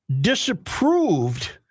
disapproved